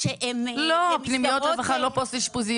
אני נועלת את הדיון.